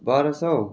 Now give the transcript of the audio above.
बाह्र सय